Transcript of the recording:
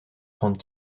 trente